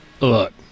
Look